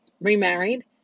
remarried